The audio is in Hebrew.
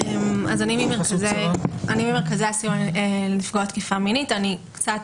האם המאפיינים המיוחדים של תחום האלימות